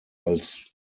als